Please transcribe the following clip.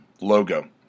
logo